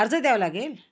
अर्ज द्यावं लागेल